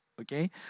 okay